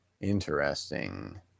Interesting